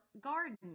garden